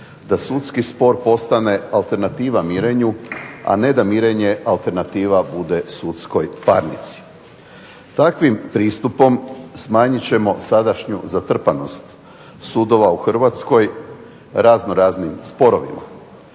da sudski spor ostane alternativa mirenju, a ne da mirenje alternativa bude sudskoj parnici. Takvim pristupom smanjit ćemo sadašnju zatrpanost sudova u Hrvatskoj raznoraznim sporovima.